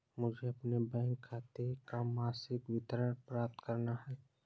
मुझे अपने बैंक खाते का मासिक विवरण प्राप्त करना है?